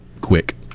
quick